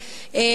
חוצי גבול,